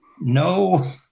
no